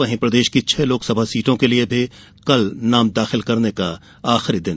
वहीं प्रदेश की छह लोकसभा सीटों के लिए भी कल नाम दाखिल करने का अंतिम दिन